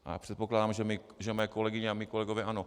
A předpokládám, že mé kolegyně a mí kolegové ano.